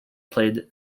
played